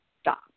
stop